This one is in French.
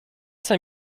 cinq